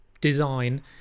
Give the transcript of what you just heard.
design